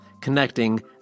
connecting